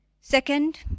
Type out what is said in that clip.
Second